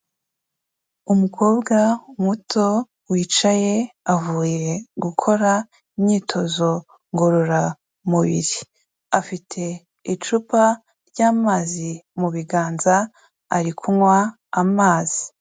Umukobwa muto wicaye, avuye gukora imyitozo ngororamubiri. Afite icupa ry'amazi mu biganza, ari kunywa amazi.